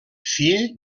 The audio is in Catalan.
fill